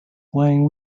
playing